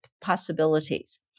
possibilities